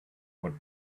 would